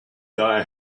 die